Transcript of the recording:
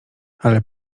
ale